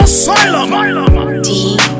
Asylum